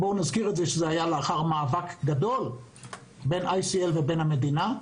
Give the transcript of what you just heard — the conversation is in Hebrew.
יש להזכיר שזה קרה לאחר מאבק גדול בין ICL לבין המדינה.